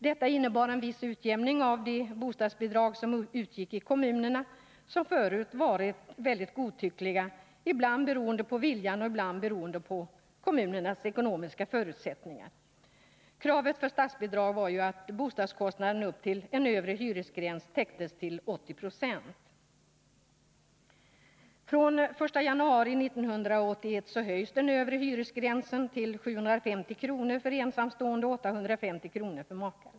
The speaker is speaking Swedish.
Detta innebar en viss utjämning av de bostadsbidrag som utgick i kommunerna — som förut varit väldigt godtyckliga, ibland beroende på viljan och ibland beroende på kommunernas ekonomiska förutsättningar. Kravet för statsbidrag var att bostadskostnaden upp till en övre hyresgräns täcktes till 80 90. Från den 1 januari 1981 höjs den övre hyresgränsen till 750 kr. för ensamstående och 850 kr. för makar.